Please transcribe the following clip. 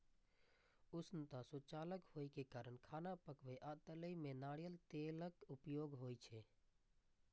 उष्णता सुचालक होइ के कारण खाना पकाबै आ तलै मे नारियल तेलक उपयोग होइ छै